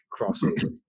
crossover